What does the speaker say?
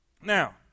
now